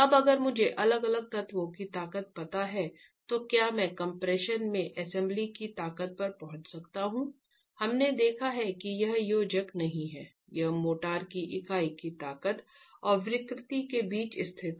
अब अगर मुझे अलग अलग तत्वों की ताकत पता है तो क्या मैं कम्प्रेशन में असेंबली की ताकत पर पहुंच सकता हूं हमने देखा है कि यह योजक नहीं है यह मोर्टार की इकाई की ताकत और विकृति के बीच स्थित है